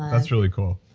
that's really cool.